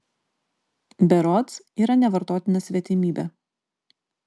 berods yra nevartotina svetimybė